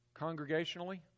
Congregationally